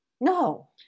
No